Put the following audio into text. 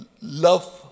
love